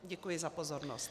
Děkuji za pozornost.